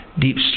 deep